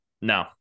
No